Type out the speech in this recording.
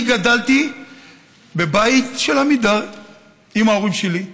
אני גדלתי בבית של עמידר עם ההורים שלי.